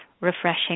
refreshing